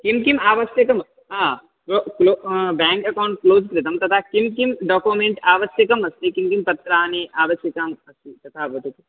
किं किम् आवश्यकम् बेङ्क् अकौण्ट् क्लोज़् कृतं तथा किं किं डाकुमेण्ट् आवश्यकमस्ति किं किं पत्राणि आवश्यकम् अस्ति तथा भवति